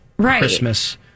Christmas